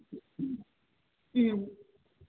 ꯎꯝ